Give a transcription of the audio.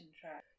track